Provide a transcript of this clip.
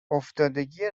افتادگی